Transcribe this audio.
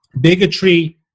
bigotry